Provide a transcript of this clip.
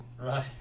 Right